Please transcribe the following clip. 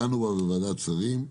דנו בה בוועדת השרים.